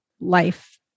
life